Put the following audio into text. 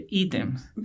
items